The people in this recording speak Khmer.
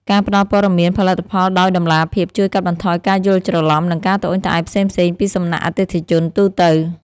ការផ្តល់ព័ត៌មានផលិតផលដោយតម្លាភាពជួយកាត់បន្ថយការយល់ច្រឡំ និងការត្អូញត្អែរផ្សេងៗពីសំណាក់អតិថិជនទូទៅ។